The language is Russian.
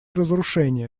разрушение